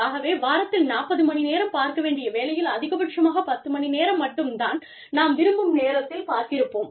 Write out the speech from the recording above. ஆகவே வாரத்தில் 40 மணி நேரம் பார்க்க வேண்டிய வேலையில் அதிகபட்சமாக 10 மணி நேரம் மட்டும் தான் நாம் விரும்பும் நேரத்தில் பார்த்திருப்போம்